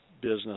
business